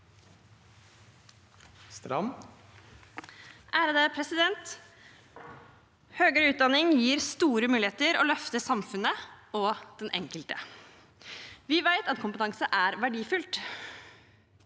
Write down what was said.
for saken): Høyere utdanning gir store muligheter og løfter samfunnet og den enkelte. Vi vet at kompetanse er verdifullt.